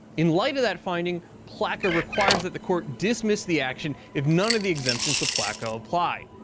in light of that finding, plcaa requires that the court dismiss the action, if none of the exemptions to plcaa apply.